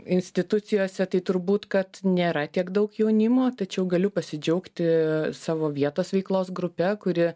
institucijose tai turbūt kad nėra tiek daug jaunimo tačiau galiu pasidžiaugti savo vietos veiklos grupe kuri